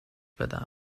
بدهید